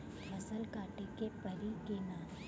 फसल काटे के परी कि न?